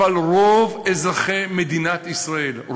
אבל רוב אזרחי מדינת ישראל,